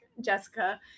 jessica